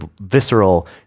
visceral